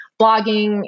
blogging